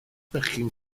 bechgyn